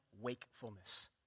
wakefulness